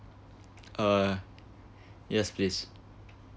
uh yes please